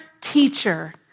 teacher